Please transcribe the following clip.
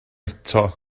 eto